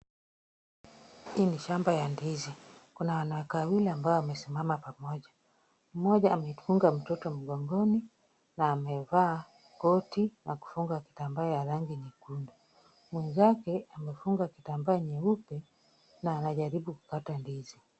Hii ni shamba ya ndizi, kuna wanawake wawili ambao wamesimama pamoja. Mmoja amefunga mtoto mgongoni na amevaa koti na kufunga kitambaa ya rangi nyekundu .Mwenzake amefunga kitambaa nyeupe na anajaribu kukata ndizi.